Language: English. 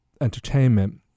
entertainment